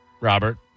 Robert